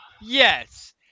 Yes